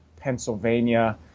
Pennsylvania